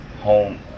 home